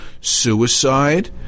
suicide